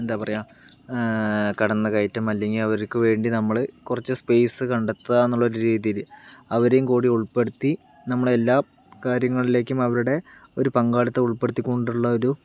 എന്താ പറയുക കടന്നുകയറ്റം അല്ലെങ്കിൽ അവർക്ക് വേണ്ടി നമ്മൾ കുറച്ചു സ്പേസ് കണ്ടെത്തുക എന്നുള്ള രീതിയിൽ അവരെയും കൂടി ഉൾപ്പെടുത്തി നമ്മളുടെ എല്ലാ കാര്യങ്ങളിലേക്കും അവരുടെ ഒരു പങ്കാളിത്തം ഉൾപ്പെടുത്തിക്കൊണ്ടുള്ള ഒരു